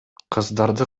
кыздарды